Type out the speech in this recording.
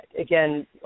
Again